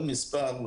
כל מספר,